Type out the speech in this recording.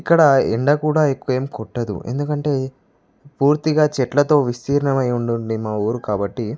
ఇక్కడ ఎండ కూడా ఎక్కువ ఏంకొట్టదు ఎందుకంటే పూర్తిగా చెట్లతో విస్తీర్ణం అయి ఉండుండి మా ఊరు కాబట్టి